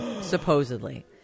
supposedly